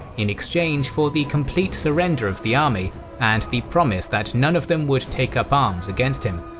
in exchange for the complete surrender of the army and the promise that none of them would take up arms against him.